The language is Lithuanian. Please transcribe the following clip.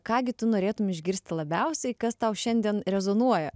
ką gi tu norėtum išgirsti labiausiai kas tau šiandien rezonuoja